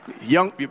Young